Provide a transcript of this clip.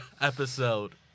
episode